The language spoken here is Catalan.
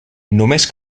només